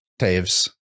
Taves